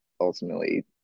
ultimately